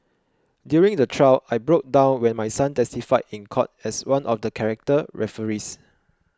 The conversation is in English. during the trial I broke down when my son testified in court as one of the character referees